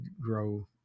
grow